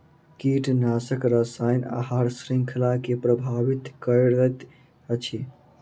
कीटनाशक रसायन आहार श्रृंखला के प्रभावित करैत अछि